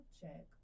check